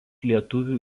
lietuvių